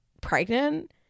pregnant